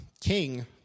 King